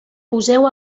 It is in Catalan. poseu